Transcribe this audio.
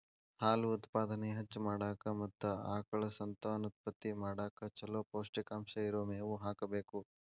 ಹಾಲು ಉತ್ಪಾದನೆ ಹೆಚ್ಚ್ ಮಾಡಾಕ ಮತ್ತ ಆಕಳ ಸಂತಾನೋತ್ಪತ್ತಿ ಮಾಡಕ್ ಚೊಲೋ ಪೌಷ್ಟಿಕಾಂಶ ಇರೋ ಮೇವು ಹಾಕಬೇಕು